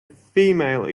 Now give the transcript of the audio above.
female